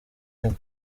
rimwe